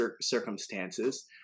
circumstances